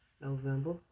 november